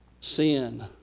Sin